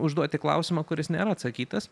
užduoti klausimą kuris nėra atsakytas